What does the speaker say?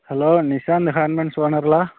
hello Nishant ஹார்மென்ஸ் ஓனருங்களா